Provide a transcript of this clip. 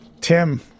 Tim